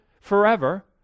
forever